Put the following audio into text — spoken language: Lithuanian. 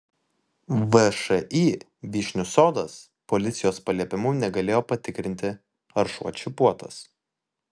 všį vyšnių sodas policijos paliepimu negalėjo patikrinti ar šuo čipuotas